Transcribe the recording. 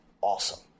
awesome